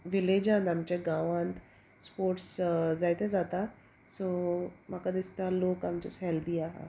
विलेजान आमच्या गांवांत स्पोर्ट्स जायते जाता सो म्हाका दिसता लोक आमचे हेल्दी आहा